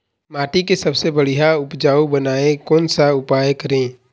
माटी के सबसे बढ़िया उपजाऊ बनाए कोन सा उपाय करें?